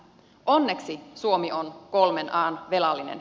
onneksi suomi on kolmen an velallinen